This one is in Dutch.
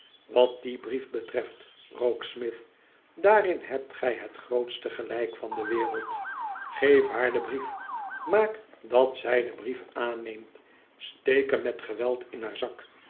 wat dien brief betreft rokesmith daarin hebt gij het grootste gelijk van de wereld geef haar den brief maak dat zij den brief aanneemt steek hem met geweld in haar zak